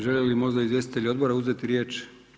Želi li možda izvjestitelj odbora uzeti riječ?